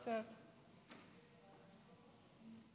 יופי.